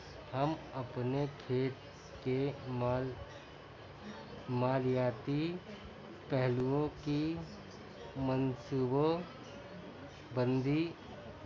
ہم اپنے کھیت کے مال مالیاتی پہلوؤں کی منصوبہ بندی